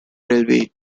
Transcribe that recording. railway